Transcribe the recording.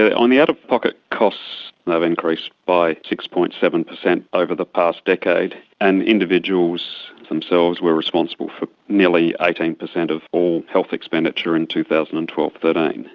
ah um the out-of-pocket costs have increased by six. seven percent over the past decade, and individuals themselves were responsible for nearly eighteen percent of all health expenditure in two thousand and twelve thirteen.